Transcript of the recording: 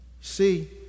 See